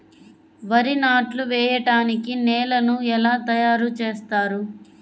వరి నాట్లు వేయటానికి నేలను ఎలా తయారు చేస్తారు?